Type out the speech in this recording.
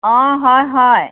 অ' হয় হয়